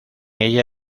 ella